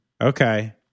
okay